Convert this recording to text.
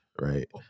Right